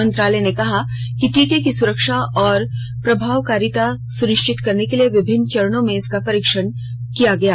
मंत्रालय ने कहा कि टीके की सुरक्षा और प्रभावकारिता सुनिश्चित करने के लिए विभिन्न चरणों में इसके परीक्षण किये गए